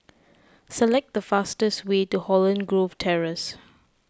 select the fastest way to Holland Grove Terrace